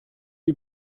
die